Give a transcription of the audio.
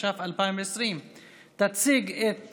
התש"ף 2020. תציג את